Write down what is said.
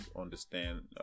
understand